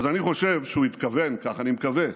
אז אני חושב שהוא התכוון, כך אני מקווה,